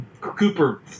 Cooper